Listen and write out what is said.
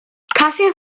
casting